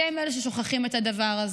ואתם, אתם אלה ששוכחים את הדבר הזה.